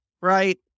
right